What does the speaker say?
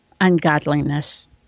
ungodliness